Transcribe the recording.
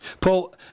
Paul